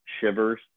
shivers